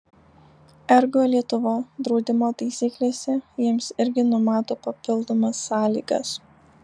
ergo lietuva draudimo taisyklėse jiems irgi numato papildomas sąlygas